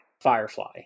Firefly